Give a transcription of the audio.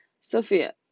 Sophia